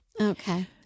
Okay